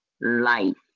life